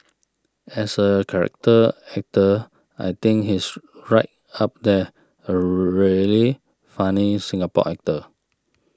as a character actor I think he is right up there a really funny Singapore actor